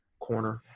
corner